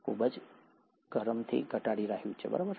ખૂબ જ ઘટાડી રહ્યું હતું